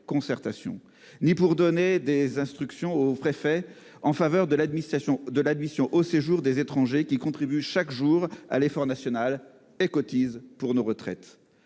ou pour donner des instructions aux préfets en faveur de l'admission au séjour des étrangers qui contribuent chaque jour à l'effort national- et cotisent pour nos retraites.